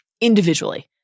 individually